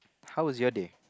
how was your day